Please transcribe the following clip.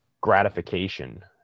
gratification